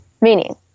meaning